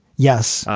yes.